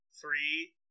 three